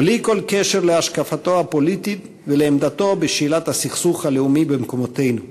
בלי כל קשר להשקפתו הפוליטית ולעמדתו בשאלת הסכסוך הלאומי במקומותינו.